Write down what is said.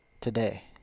today